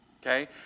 okay